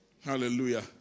Hallelujah